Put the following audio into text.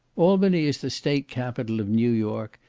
albany is the state capital of new york,